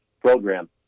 program